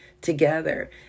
together